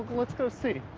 let's go see.